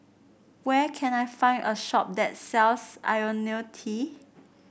where can I find a shop that sells IoniL T